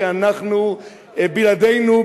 כי בלעדינו,